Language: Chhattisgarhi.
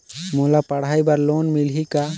मोला पढ़ाई बर लोन मिलही का?